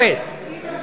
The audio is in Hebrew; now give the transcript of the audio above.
אפס.